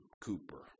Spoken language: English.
cooper